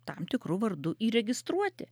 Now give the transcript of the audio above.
tam tikru vardu įregistruoti